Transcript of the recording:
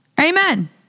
Amen